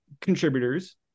contributors